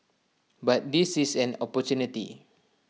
but this is an opportunity